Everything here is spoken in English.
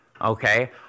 Okay